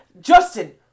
Justin